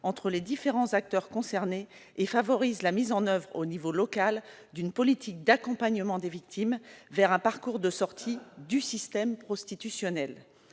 entre les différents acteurs concernés et favorisent la mise en oeuvre à l'échelon local d'une politique d'accompagnement des victimes vers un parcours de sortie du système prostitutionnel.